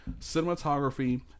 Cinematography